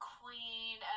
Queen